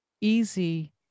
easy